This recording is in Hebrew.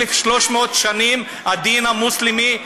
1,300 שנים הדין המוסלמי שלט.